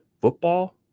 football